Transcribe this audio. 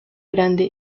grande